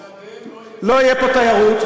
בלעדיהם לא תהיה פה תיירות.